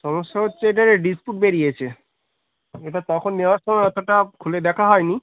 সমস্যা হচ্ছে এটার ডিসপুট বেরিয়েছে এবার তখন নেওয়ার সময় অতোটা খুলে দেখা হয় নি